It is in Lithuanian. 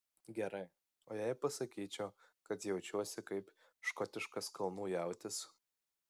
gerai o jei pasakyčiau kad jaučiuosi kaip škotiškas kalnų jautis